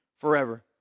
forever